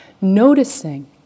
Noticing